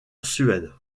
suède